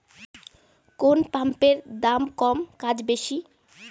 কোন পাম্পের দাম কম কাজ বেশি?